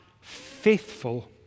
faithful